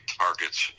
targets